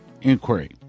inquiry